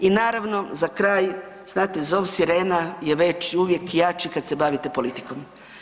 I naravno, za kraj, znate, zov sirena je već uvijek jači kad se bavite politikom.